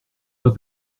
pas